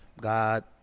God